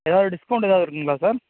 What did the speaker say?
ஏதாவது டிஸ்கவுண்ட் ஏதாவது இருக்குதுங்களா சார்